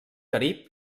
carib